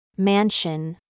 Mansion